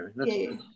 okay